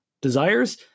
desires